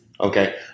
Okay